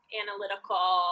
analytical